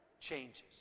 changes